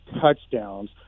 touchdowns